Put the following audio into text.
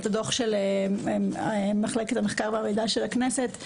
את הדוח של מחלקת המחקר והמידע של הכנסת.